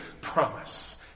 promise